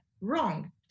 wrong